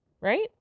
right